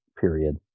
period